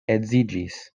edziĝis